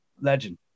legend